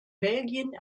belgien